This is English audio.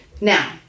Now